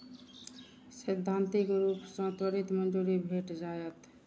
सैद्धांतिक रूप सं त्वरित मंजूरी भेट जायत